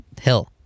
hill